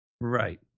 Right